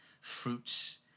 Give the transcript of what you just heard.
fruits